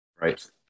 Right